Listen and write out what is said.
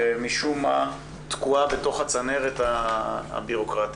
ומשום מה תקועה בתוך הצנרת הבירוקרטית.